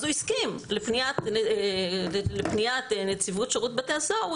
אז לפניית נציבות שירות בתי הסוהר הוא